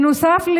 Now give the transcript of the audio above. נוסף על